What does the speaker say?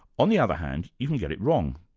on the other hand you can get it wrong.